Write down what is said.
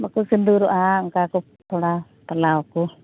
ᱵᱟᱠᱚ ᱥᱤᱸᱫᱩᱨᱚᱜᱼᱟ ᱚᱱᱠᱟᱜᱮᱠᱚ ᱛᱷᱚᱲᱟ ᱯᱟᱞᱟᱣ ᱟᱠᱚ